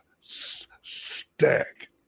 stack